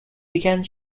began